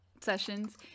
sessions